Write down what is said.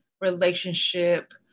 relationship